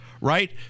right